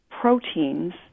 proteins